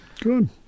Good